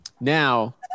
Now